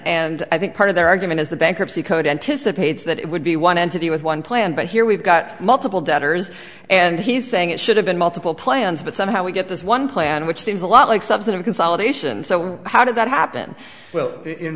and i think part of their argument is the bankruptcy code anticipates that it would be one entity with one plan but here we've got multiple debtors and he's saying it should have been multiple plans but somehow we get this one plan which seems a lot like subset of consolidation so how did that happen